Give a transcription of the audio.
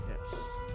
Yes